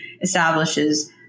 establishes